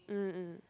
um um